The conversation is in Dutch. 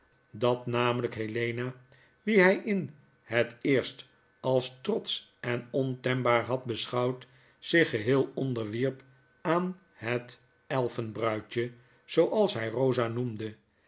dat namelijk helena wie hij in net eerst als trotsch en ontembaar had beschouwd zich geheel onderwierp aan het elfen bruidje zooals hij rosa noemde